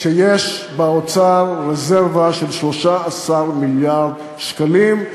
שיש באוצר רזרבה של 13 מיליארד שקלים,